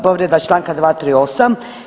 Povreda članka 238.